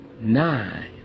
nine